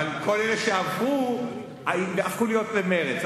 אבל כל אלה שעברו הפכו להיות מרצ.